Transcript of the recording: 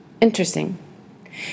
Interesting